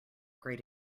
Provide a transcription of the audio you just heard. great